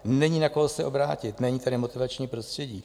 Není na koho se obrátit, není tady motivační prostředí.